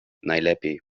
najlepiej